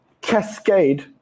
cascade